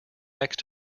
next